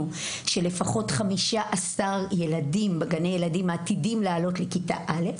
כי לפחות 15 ילדים בגני הילדים עתידים לעלות לכיתה א'.